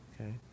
Okay